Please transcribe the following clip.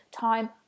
time